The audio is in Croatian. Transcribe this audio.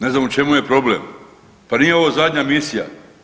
Ne znam u čemu je problem, pa nije ovo zadnja misija.